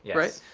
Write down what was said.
right?